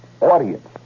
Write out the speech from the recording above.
audience